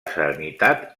serenitat